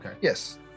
Yes